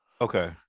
Okay